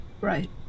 right